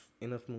enough